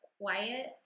quiet